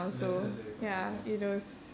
valencia was very fun ya